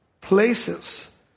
Places